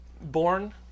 Born